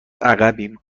عقبیم